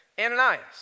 Ananias